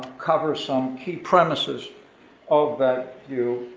cover some key premises of that view.